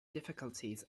difficulties